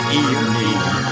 evening